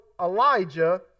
Elijah